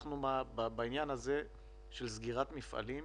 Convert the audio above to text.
אנחנו, בעניין של סגירת מפעלים,